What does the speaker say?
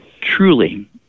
truly